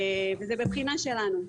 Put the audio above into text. זה בבחינה שלנו.